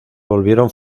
volvieron